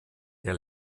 der